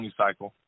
cycle